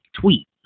tweet